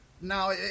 now